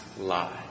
lie